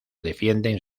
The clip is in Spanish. defienden